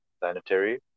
planetary